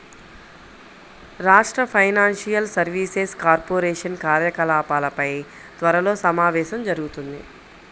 రాష్ట్ర financial services corporation కార్యకలాపాలపై త్వరలో సమావేశం జరుగుతుంది